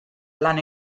lan